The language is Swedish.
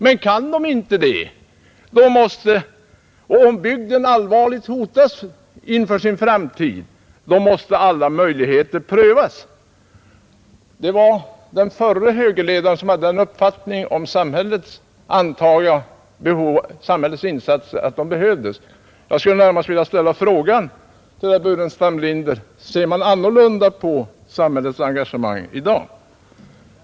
Men skulle det visa sig omöjligt och bygden hotas av ödeläggelse, så måste helt naturligt andra möjligheter prövas.” Det var den förre moderatledaren som hade den uppfattningen, antar jag, om behovet av samhällets insatser. Jag skulle närmast vilja ställa frågan till herr Burenstam Linder: Ser man annorlunda på samhällets engagemang i dag?